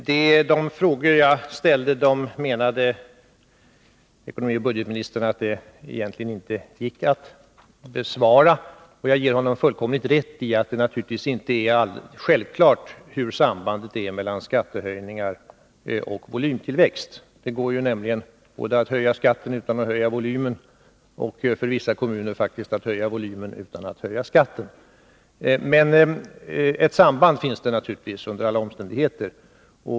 Herr talman! De frågor jag ställde gick, menade ekonomioch budgetministern, egentligen inte att besvara. Jag ger honom fullkomligt rätt i att det inte är alldeles självklart vilket sambandet är mellan skattehöjningar och volymtillväxt. Det går nämligen både att höja skatten utan att öka volymen och faktiskt, för vissa kommuner, att öka volymen utan att höja skatten. Men ett samband finns det naturligtvis under alla omständigheter.